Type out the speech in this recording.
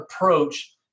approach